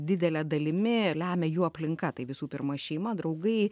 didele dalimi lemia jų aplinka tai visų pirma šeima draugai